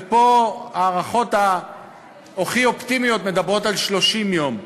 ופה ההערכות הכי אופטימיות מדברות על 30 יום.